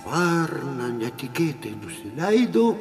varna netikėtai nusileido